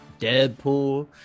Deadpool